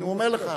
הנה, הוא אומר לך.